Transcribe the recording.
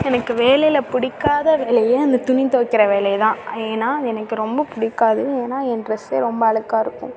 எனக்கு வேலையில் பிடிக்காத வேலையே அந்த துணி துவைக்கிற வேலைதான் ஏனால் அது எனக்கு ரொம்ப பிடிக்காது ஏனால் என் ட்ரெஸ்ஸு ரொம்ப அழுக்கா இருக்கும்